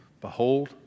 Behold